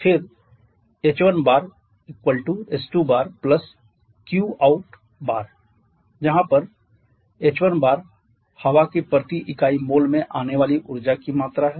फिर h1 h2qout जहाँ पे h1 बार हवा की प्रति इकाई मोल में आने वाली ऊर्जा की मात्रा है